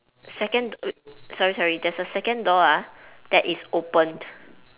second wait sorry sorry there's a second door ah that is opened